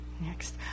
Next